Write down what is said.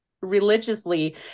religiously